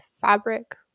fabric